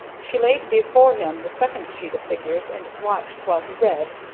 she laid before him the second sheet of figures and watched while he read,